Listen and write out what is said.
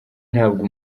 ntabwo